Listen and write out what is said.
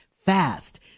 fast